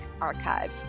Archive